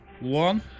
one